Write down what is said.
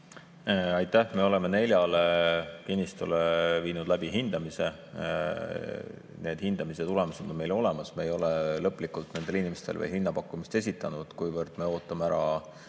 Aitäh! Me oleme nelja kinnistu puhul viinud läbi hindamise. Need hindamise tulemused on meil olemas, me ei ole lõplikult nendele inimestele veel hinnapakkumist esitanud. Me ootame ära